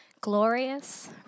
glorious